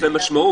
יש להן משמעות.